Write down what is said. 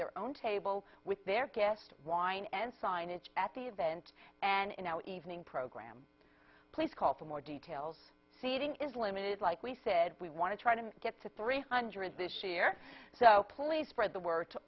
their own table with their gift wine and signage at the event and in our evening program please call for more details seating is limited like we said we want to try to get to three hundred this year so please spread the word to